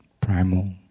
primal